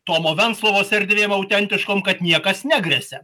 tomo venclovos erdvėm autentiškom kad niekas negresia